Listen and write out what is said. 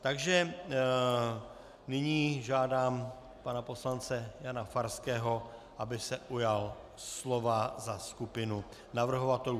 Takže nyní žádám pana poslance Jana Farského, aby se ujal slova za skupinu navrhovatelů.